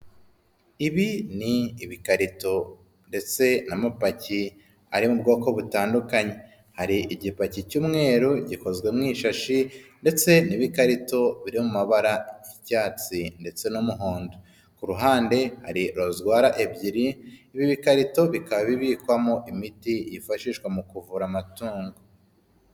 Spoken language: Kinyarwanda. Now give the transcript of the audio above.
Ibi ni ibikarito ndetse n'amapaki ari mu bwoko butandukanye, hari igipaki cy'umweru gikozwe mu ishashi ndetse n'ibikarito biri mu mabara y'ibyatsi ndetse n'umuhondo. Ku ruhande hari rozwara ebyiri, ibi bikarito bikaba bibikwamo imiti yifashishwa mu kuvura amatungo.